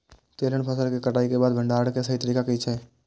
तेलहन फसल के कटाई के बाद भंडारण के सही तरीका की छल?